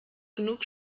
genug